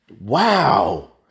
Wow